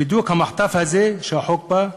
בדיוק המחטף הזה, שהחוק בא,